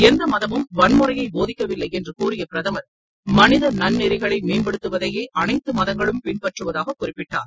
எந்த மதமும் வன்முறையை போதிக்கவில்லை என்று கூறிய பிரதமர் மனித நன்னெறிகளை மேம்படுத்துவதையே அனைத்து மதங்களும் பின்பற்றுவதாக குறிப்பிட்டார்